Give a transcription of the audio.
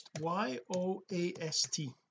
y-o-a-s-t